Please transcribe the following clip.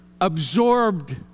absorbed